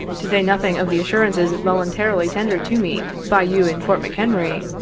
to say nothing of the assurances voluntarily tendered to me by you in fort mchenry,